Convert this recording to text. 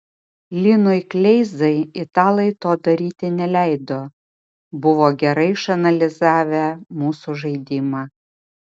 linui kleizai italai to daryti neleido buvo gerai išanalizavę mūsų žaidimą